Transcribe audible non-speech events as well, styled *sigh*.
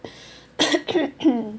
*coughs*